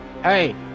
Hey